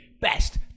best